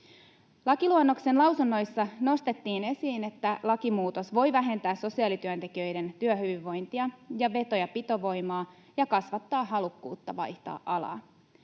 Lakiluonnoksen lausunnoissa nostettiin esiin, että lakimuutos voi vähentää sosiaalityöntekijöiden työhyvinvointia ja veto- ja pitovoimaa ja kasvattaa halukkuutta vaihtaa alaa.